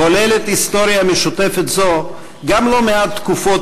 כוללת היסטוריה משותפת זו גם לא מעט תקופות